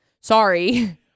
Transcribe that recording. Sorry